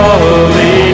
holy